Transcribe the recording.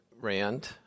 RAND